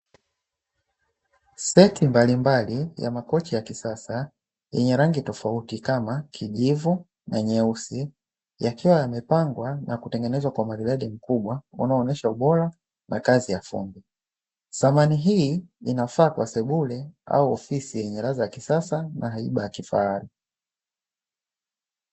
Seti mbalimbali ya makochi ya kisasa yenye rangi tofauti kama kijivu na nyeusi, yakiwa yamepangwa na kutengenezwa kwa umaridadi mkubwa na kuonyesha ubora na kazi ya fundi samani hii inafaa kwa sebure au ofisi, lenye raza ya kisasa na haiba ya kifahari.